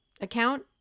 account